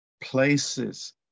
places